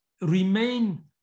remain